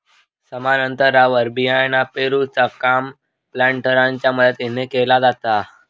समान अंतरावर बियाणा पेरूचा काम प्लांटरच्या मदतीने केला जाता